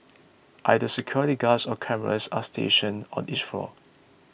either security guards or cameras are stationed on each floor